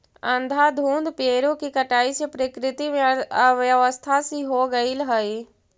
अंधाधुंध पेड़ों की कटाई से प्रकृति में अव्यवस्था सी हो गईल हई